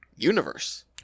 universe